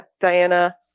Diana